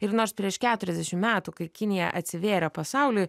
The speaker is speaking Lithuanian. ir nors prieš keturiasdešimt metų kai kinija atsivėrė pasauliui